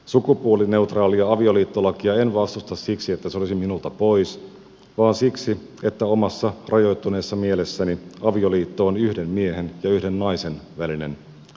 sukupuolineutraalia avioliittolakia en vastusta siksi että se olisi minulta pois vaan siksi että omassa rajoittuneessa mielessäni avioliitto on yhden miehen ja yhden naisen välinen instituutio